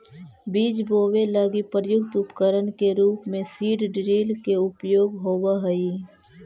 बीज बोवे लगी प्रयुक्त उपकरण के रूप में सीड ड्रिल के उपयोग होवऽ हई